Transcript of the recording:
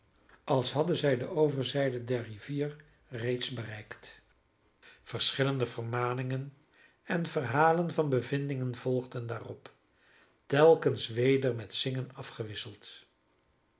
als hadden zij de overzijde der rivier reeds bereikt verschillende vermaningen en verhalen van bevindingen volgden daarop telkens weder met zingen afgewisseld